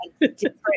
different